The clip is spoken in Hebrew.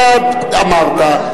אתה אמרת,